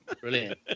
Brilliant